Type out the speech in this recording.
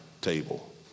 table